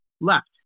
left